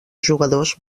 jugadors